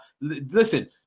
Listen